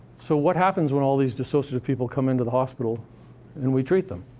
so what happens when all these dissociative people come into the hospital and we treat them?